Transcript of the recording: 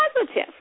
positive